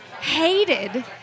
hated